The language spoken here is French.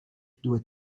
dois